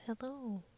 hello